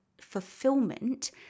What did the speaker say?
fulfillment